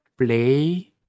play